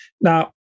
Now